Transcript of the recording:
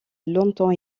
longtemps